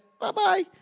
Bye-bye